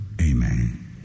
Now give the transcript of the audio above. Amen